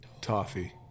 toffee